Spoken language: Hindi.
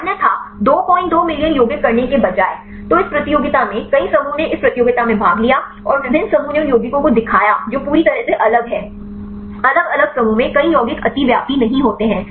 अन्यथा 22 मिलियन यौगिक करने के बजाय तो इस प्रतियोगिता में कई समूहों ने इस प्रतियोगिता में भाग लिया और विभिन्न समूहों ने उन यौगिकों को दिखाया जो पूरी तरह से अलग हैं अलग अलग समूहों में कई यौगिक अतिव्यापी नहीं होते हैं